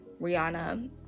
Rihanna